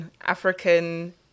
African